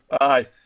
Aye